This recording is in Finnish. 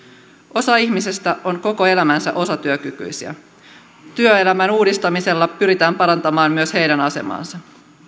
osa ihmisistä on koko elämänsä osatyökykyisiä työelämän uudistamisella pyritään parantamaan myös heidän asemaansa